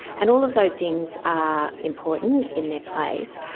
and all of those things are important in their place.